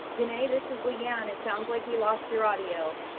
you know this is leigh ann, it sounds like we lost your audio.